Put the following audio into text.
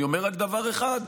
אני אומר רק דבר אחד,